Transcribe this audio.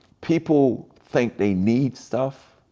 people think they need stuff,